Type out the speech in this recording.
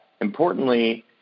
importantly